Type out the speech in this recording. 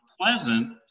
pleasant